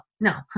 no